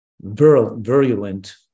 virulent